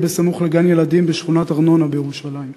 בסמוך לגן-ילדים בשכונת ארנונה בירושלים,